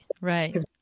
right